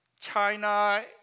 China